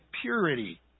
purity